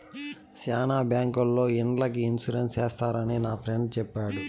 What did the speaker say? శ్యానా బ్యాంకుల్లో ఇండ్లకి ఇన్సూరెన్స్ చేస్తారని నా ఫ్రెండు చెప్పాడు